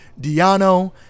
Diano